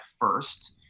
first